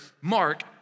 Mark